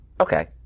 Okay